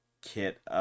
kit